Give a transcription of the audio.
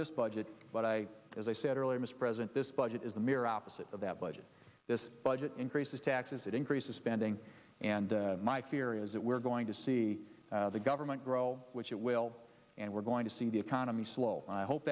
this budget but i as i said earlier mr president this budget is the mirror opposite of that budget this budget increases taxes it increases spending and my fear is that we're going to see the government grow which it will and we're going to see the economy slow and i hope